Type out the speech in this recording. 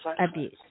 Abuse